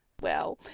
well,